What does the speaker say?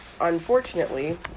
unfortunately